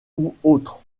autre